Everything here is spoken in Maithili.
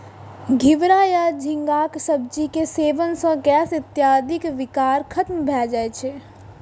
घिवरा या झींगाक सब्जी के सेवन सं गैस इत्यादिक विकार खत्म भए जाए छै